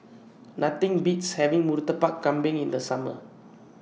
Nothing Beats having Murtabak Kambing in The Summer